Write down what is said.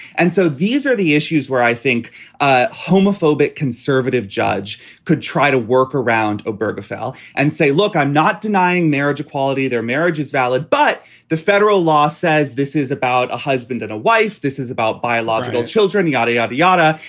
and so these are the issues where i think ah homophobic conservative judge could try to work around oberg afl and say, look, i'm not denying marriage equality. their marriage is valid. but the federal law says this is about a husband and a wife. this is about biological children, yada, yada, yada.